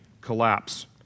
collapse